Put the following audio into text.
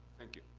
thank you.